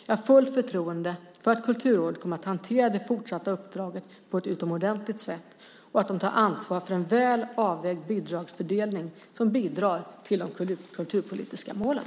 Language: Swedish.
Jag har fullt förtroende för att Kulturrådet kommer att hantera det fortsatta uppdraget på ett utomordentligt sätt och att de tar ansvar för en väl avvägd bidragsfördelning som bidrar till de kulturpolitiska målen.